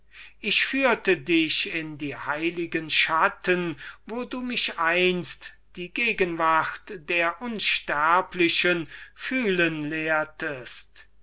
ich führte dich in die heiligen schatten wo du mich die gegenwart der unsterblichen fühlen lehrtest